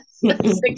six